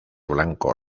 blanco